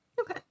Okay